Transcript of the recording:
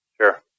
Sure